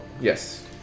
Yes